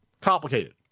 complicated